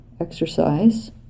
exercise